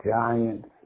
giants